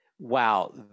wow